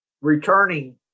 Returning